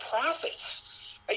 profits